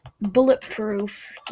bulletproof